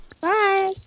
Bye